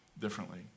differently